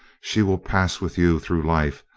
she will pass with you through life,